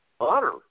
honor